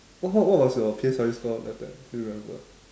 what what what was your P_S_L_E score that time do you remember